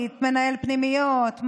מנהל פנימיות,